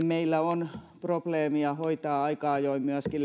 meillä on probleemia hoitaa aika ajoin myöskin